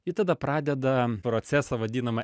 ji tada pradeda procesą vadinamą